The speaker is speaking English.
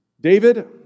David